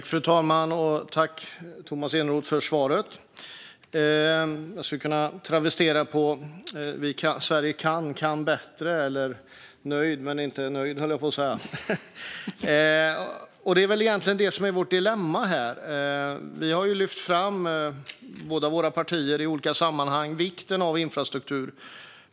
Fru talman! Tack, Tomas Eneroth, för svaret! Jag skulle kunna travestera Sverige kan bättre eller nöjd men inte nöjd, höll jag på att säga. Det är egentligen det som är vårt dilemma här. Båda våra partier har ju i olika sammanhang lyft fram vikten av infrastruktur.